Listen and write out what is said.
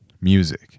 music